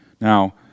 Now